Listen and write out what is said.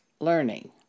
learning